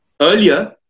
earlier